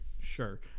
sure